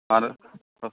मारै